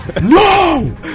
No